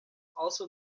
also